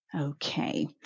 Okay